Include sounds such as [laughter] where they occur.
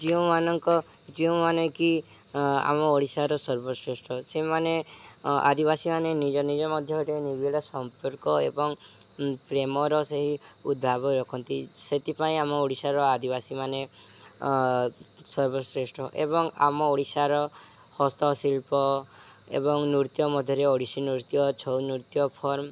ଯେଉଁମାନଙ୍କ ଯେଉଁମାନେ କି ଆମ ଓଡ଼ିଶାର ସର୍ବଶ୍ରେଷ୍ଠ ସେମାନେ ଆଦିବାସୀମାନେ ନିଜ ନିଜ ମଧ୍ୟ [unintelligible] ନିବିଡ଼ ସମ୍ପର୍କ ଏବଂ ପ୍ରେମର ସେହି ଉଦ୍ଭାବ ରଖନ୍ତି ସେଥିପାଇଁ ଆମ ଓଡ଼ିଶାର ଆଦିବାସୀ ମାନେ ସର୍ବଶ୍ରେଷ୍ଠ ଏବଂ ଆମ ଓଡ଼ିଶାର ହସ୍ତଶିଳ୍ପ ଏବଂ ନୃତ୍ୟ ମଧ୍ୟରେ ଓଡ଼ିଶୀ ନୃତ୍ୟ ଛଉ ନୃତ୍ୟ ଫର୍ମ